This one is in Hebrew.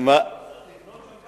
צריך לבנות לה בית.